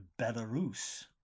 Belarus